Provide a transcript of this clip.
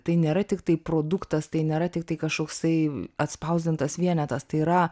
tai nėra tiktai produktas tai nėra tiktai kažkoks tai atspausdintas vienetas tai yra